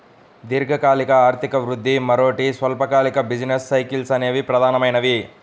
దీర్ఘకాలిక ఆర్థిక వృద్ధి, మరోటి స్వల్పకాలిక బిజినెస్ సైకిల్స్ అనేవి ప్రధానమైనవి